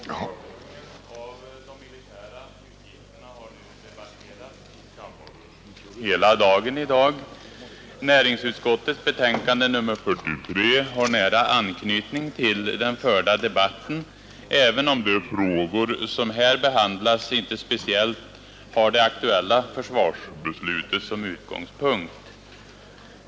Herr talman! Omfattningen av de militära utgifterna har debatterats i kammaren hela dagen i dag. Näringsutskottets betänkande nr 43 har nära anknytning till den förda debatten, även om de frågor som här behandlas inte speciellt har det aktuella försvarsbeslutet som utgångspunkt.